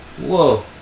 Whoa